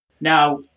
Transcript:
now